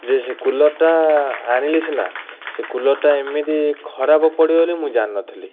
ଯେ ସେ କୁଲର୍ଟା ଆଣିଲି ସିନା ସେ କୁଲର୍ଟା ଏମିତି ଖରାପ ପଡ଼ିବ ବୋଲି ମୁଁ ଜାଣିନଥିଲି